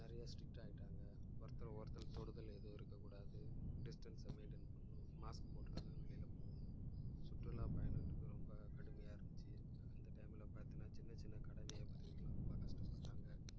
நிறைய ஸ்ட்ரிக்ட் ஆகிட்டாங்க ஒருத்தருக்கு ஒருத்தர் தொடுதல் எதுவும் இருக்கக்கூடாது டிஸ்டென்ஸை மெயின்டைன் பண்ணணும் மாஸ்க் போட்டுகிட்டு தான் வெளியில் போகணும் சுற்றுலா பயணன்றது ரொம்ப கடுமையாக இருந்துச்சு அந்த டைமில் பார்த்தோம்னா சின்ன சின்ன கடை வியாபாரிகள்லாம் ரொம்ப கஷ்டப்பட்டாங்க